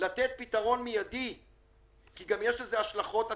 לתת פתרון מיידי, כי גם יש לזה השלכות עתידיות.